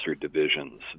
divisions